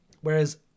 Whereas